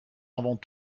avant